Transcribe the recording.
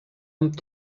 amb